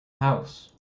house